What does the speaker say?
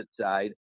side